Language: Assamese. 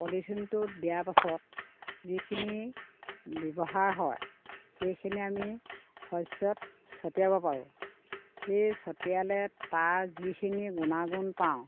পলিথিনটোত দিয়াৰ পিছত যিখিনি ব্যৱহাৰ হয় সেইখিনি আমি শস্যত ছটিয়াব পাৰোঁ সেই ছটিয়ালে তাৰ যিখিনি গুণাগুণ পাওঁ